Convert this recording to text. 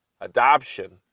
adoption